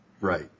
Right